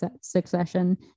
Succession